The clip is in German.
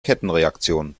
kettenreaktion